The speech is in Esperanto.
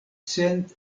cent